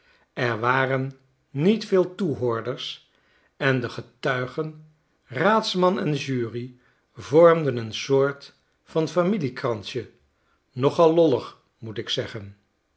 er waren niet veel toehoorders en de getuigen raadsman en jury vormden een soort van familiekransje nogal lollig moet ik zeggen